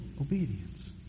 obedience